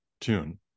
tune